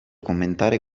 commentare